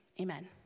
amen